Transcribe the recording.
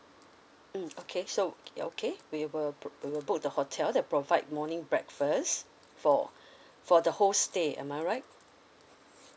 mm okay so you okay we will bo~ we will book the hotel that provide morning breakfast for for the whole stay am I right